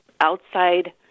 outside